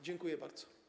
Dziękuję bardzo.